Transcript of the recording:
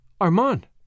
Armand